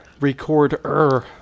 recorder